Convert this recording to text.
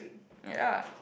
ya